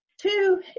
Two